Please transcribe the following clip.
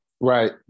Right